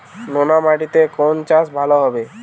নোনা মাটিতে কোন চাষ ভালো হবে?